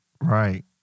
Right